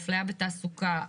אפליה בתעסוקה,